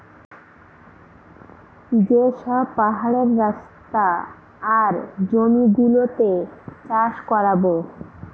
যে সব পাহাড়ের রাস্তা আর জমি গুলোতে চাষ করাবো